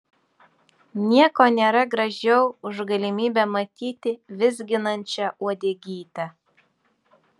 nieko nėra gražiau už galimybę matyti vizginančią uodegytę